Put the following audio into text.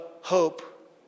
hope